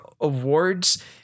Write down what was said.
awards